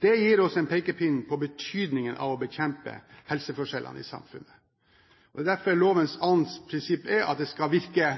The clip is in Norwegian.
Det gir oss en pekepinn om betydningen av å bekjempe helseforskjellene i samfunnet. Det er derfor lovens andre prinsipp er at den skal virke